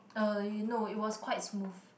uh no it was quite smooth